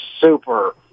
super